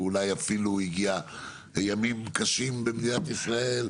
ואולי אפילו יגיעו ימים קשים במדינת ישראל,